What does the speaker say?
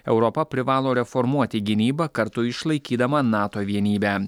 europa privalo reformuoti gynybą kartu išlaikydama nato vienybę